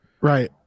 right